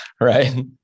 right